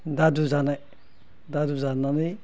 दादु जानाय दादु जानानै